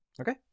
Okay